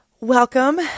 Welcome